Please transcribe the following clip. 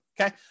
okay